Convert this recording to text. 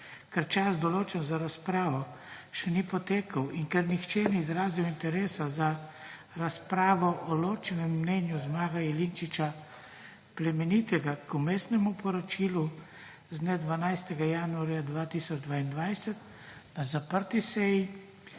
Ker čas, določen za razpravo, še ni potekel, in ker nihče ni izrazil interesa za razpravo o ločenem mnenju Zmaga Jelinčiča Plemenitega k Vmesnem poročilu z dne 12. januarja 2022 na zaprti seji,